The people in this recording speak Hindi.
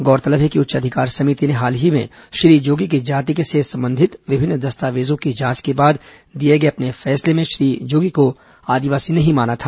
गौरतलब है कि उच्च अधिकारी समिति ने हाल ही में श्री जोगी की जाति से संबंधित विभिन्न दस्तावेजों की जांच के बाद दिए गए अपने फैसले में श्री जोगी को आदिवासी नहीं माना था